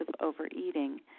overeating